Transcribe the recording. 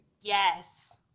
Yes